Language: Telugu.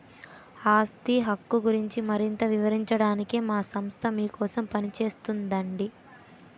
ఆస్తి హక్కు గురించి మరింత వివరించడానికే మా సంస్థ మీకోసం పనిచేస్తోందండి